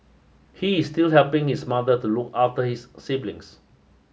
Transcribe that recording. he is still helping his mother to look after his siblings